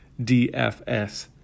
DFS